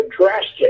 drastic